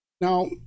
Now